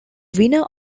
winner